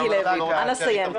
מיקי לוי, אנא סיים.